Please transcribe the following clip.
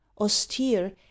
austere